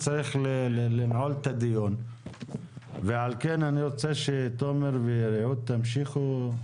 אני רוצה שתומר ורעות, תמשיכו.